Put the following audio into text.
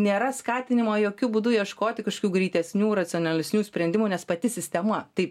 nėra skatinimo jokiu būdu ieškoti greitesnių racionalesnių sprendimų nes pati sistema tai